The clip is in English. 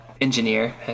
engineer